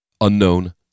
Unknown